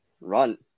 run